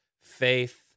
faith